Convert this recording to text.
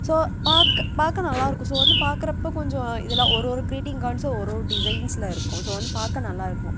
so பார்க்க பார்க்க நல்லா இருக்கும் ஸோ வந்து பார்க்குறப்போ கொஞ்சம் இதெல்லாம் ஒரு ஒரு கிரீட்டிங் கார்ட்ஸும் ஒரு ஒரு டிசைன்ஸில் இருக்கும் ஸோ வந்து பார்க்க நல்லா இருக்கும்